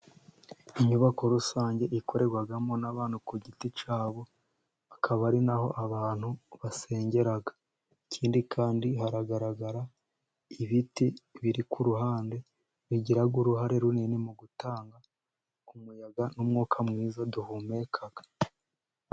Inyubako rusange ikorerwamo n'abantu ku giti cyabo, akaba ari naho abantu basengera, ikindi kandi haragaragara ibiti biri ku ruhande, bigira uruhare runini mu gutanga ku muyaga n'umwuka mwiza duhumeka.